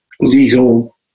legal